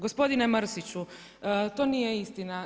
Gospodine Mrsiću, to nije istina.